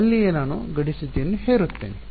ಅಲ್ಲಿಯೇ ನಾನು ಗಡಿ ಸ್ಥಿತಿಯನ್ನು ಹೇರುತ್ತೇನೆ